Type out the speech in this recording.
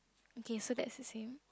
okay so that's the same